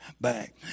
back